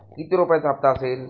किती रुपयांचा हप्ता असेल?